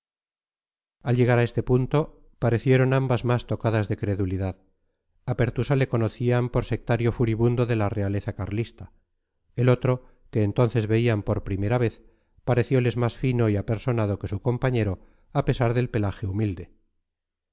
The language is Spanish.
al llegar a este punto parecieron ambas más tocadas de credulidad a pertusa le conocían por sectario furibundo de la realeza carlista el otro que entonces veían por primera vez parecióles más fino y apersonado que su compañero a pesar del pelaje humilde